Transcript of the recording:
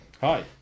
Hi